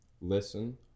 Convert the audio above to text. listen